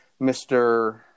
Mr